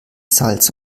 salz